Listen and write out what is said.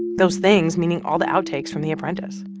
those things meaning all the outtakes from the apprentice.